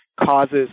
causes